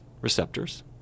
receptors